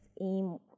aim